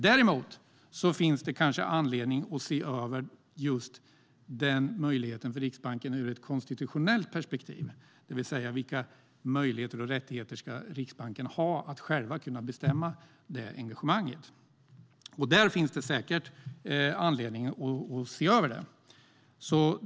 Däremot finns det kanske anledning att se över möjligheten för Riksbanken ur ett konstitutionellt perspektiv, det vill säga vilka möjligheter och rättigheter Riksbanken ska ha att själv bestämma det engagemanget. Det finns säkert anledning att se över det.